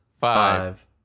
five